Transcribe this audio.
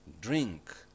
drink